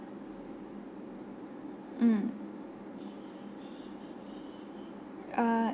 mm err